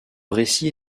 récit